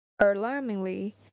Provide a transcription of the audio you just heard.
Alarmingly